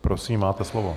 Prosím, máte slovo.